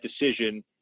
decision